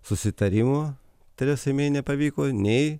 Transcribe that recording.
susitarimo teresai mei nepavyko nei